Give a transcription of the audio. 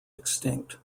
extinct